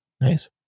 Nice